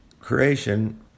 Creation